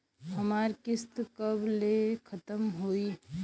हमार किस्त कब ले खतम होई?